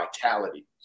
Vitality